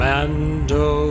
Mando